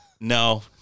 no